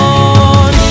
on